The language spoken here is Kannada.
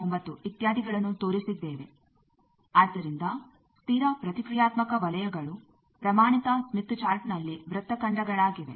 9 ಇತ್ಯಾದಿಗಳನ್ನು ತೋರಿಸಿದ್ದೇವೆ ಆದ್ದರಿಂದ ಸ್ಥಿರ ಪ್ರತಿಕ್ರಿಯಾತ್ಮಕ ವಲಯಗಳು ಪ್ರಮಾಣಿತ ಸ್ಮಿತ್ ಚಾರ್ಟ್ನಲ್ಲಿ ವೃತ್ತಖಂಡಗಳಾಗಿವೆ